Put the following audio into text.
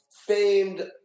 famed